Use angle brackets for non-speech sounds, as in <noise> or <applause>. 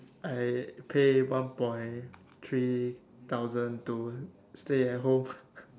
I pay one point three thousand to stay at home <laughs>